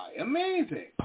Amazing